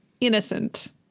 innocent